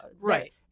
right